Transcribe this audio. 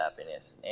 happiness